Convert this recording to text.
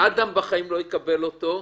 אדם קרן בחיים לא יקבל אותו.